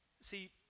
See